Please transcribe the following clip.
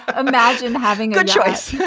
imagine having a choice. yeah